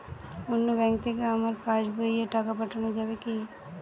অন্য ব্যাঙ্ক থেকে আমার পাশবইয়ে টাকা পাঠানো যাবে কি?